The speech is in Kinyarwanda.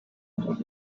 nkuba